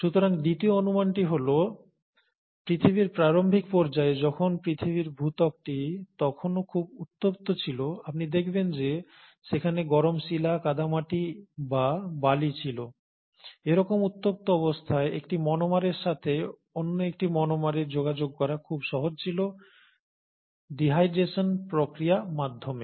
সুতরাং দ্বিতীয় অনুমানটি হল পৃথিবীর প্রারম্ভিক পর্যায়ে যখন পৃথিবীর ভূত্বকটি তখনো খুব উত্তপ্ত ছিল আপনি দেখবেন যে সেখানে গরম শিলা কাদামাটি বা বালি ছিল এরকম উত্তপ্ত অবস্থায় একটি মনোমারের সাথে অন্য একটি মনোমারের যোগাযোগ করা খুব সহজ ছিল ডিহাইড্রেশন প্রক্রিয়া মাধ্যমে